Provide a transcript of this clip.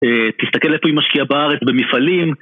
אה.. תסתכל איפה היא משקיעה בארץ במפעלים